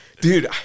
Dude